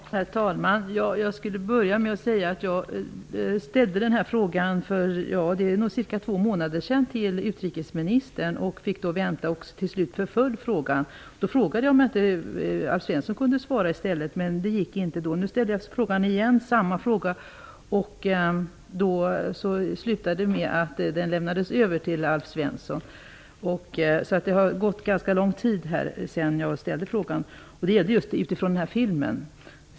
Herr talman! Låt mig börja med att säga att jag ställde den här frågan för cirka två månader sedan till utrikesministern. Jag fick då vänta, och till slut förföll frågan. Då frågade jag om inte Alf Svensson kunde svara i stället, men det gick inte. Nu ställde jag samma fråga igen, och det slutade med att den överlämnades till Alf Svensson. Det har gått ganska lång tid sedan jag ställde frågan. Jag ställde frågan efter att ha sett den här filmen.